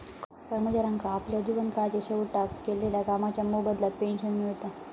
कर्मचाऱ्यांका आपल्या जीवन काळाच्या शेवटाक केलेल्या कामाच्या मोबदल्यात पेंशन मिळता